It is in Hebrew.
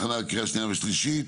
הכנה לקריאה שנייה ושלישית.